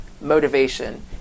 Motivation